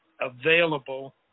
available